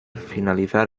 finalizar